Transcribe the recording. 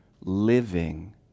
living